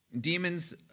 Demons